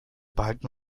behalten